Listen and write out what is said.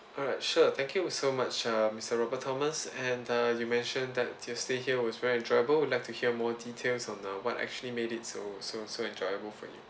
alright sure thank you so much err mister robert thomas and uh you mentioned that your stay here was very enjoyable would like to hear more details on err what actually made it so so so enjoyable for you